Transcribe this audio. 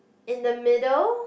in the middle